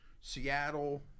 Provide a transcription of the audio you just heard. Seattle